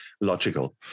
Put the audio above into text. logical